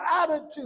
attitude